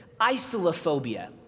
isolophobia